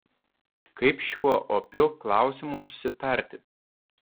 kaip šiuo opiu klausimu susitarti